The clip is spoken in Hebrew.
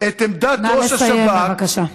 את עמדת ראש השב"כ, נא לסיים, בבקשה.